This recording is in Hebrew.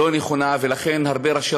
לא נכונה, ולכן הרבה ראשי